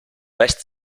best